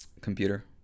computer